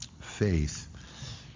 faith